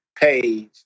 page